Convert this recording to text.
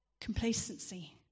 complacency